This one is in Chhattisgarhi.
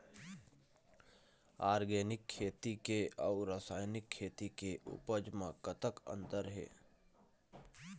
ऑर्गेनिक खेती के अउ रासायनिक खेती के उपज म कतक अंतर हे?